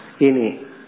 Ini